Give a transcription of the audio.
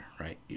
right